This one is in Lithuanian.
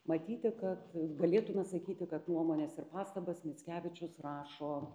matyti kad galėtume sakyti kad nuomones ir pastabas mickevičius rašo